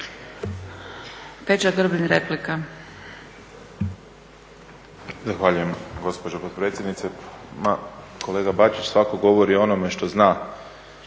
Peđa Grbin, replika.